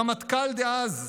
הרמטכ"ל דאז,